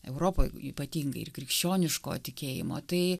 europoj ypatingai ir krikščioniško tikėjimo tai